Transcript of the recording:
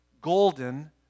golden